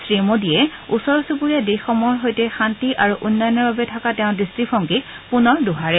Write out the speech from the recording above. শ্ৰীমোডীয়ে ওচৰ চুবুৰীয়া দেশসমূহৰ সৈতে শান্তি আৰু উন্নয়নৰ বাবে থকা তেওঁৰ দৃষ্টিভংগীক পুনৰ দোহাৰে